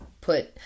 put